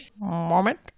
Moment